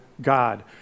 God